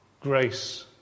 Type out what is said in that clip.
grace